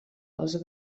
els